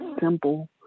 simple